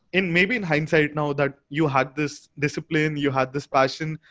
in maybe in hindsight, now that you had this discipline, you had this passion,